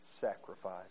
sacrifice